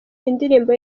indirimbo